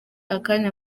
akanya